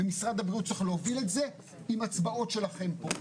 ומשרד הבריאות צריך להוביל את זה עם הצבעות שלכם פה,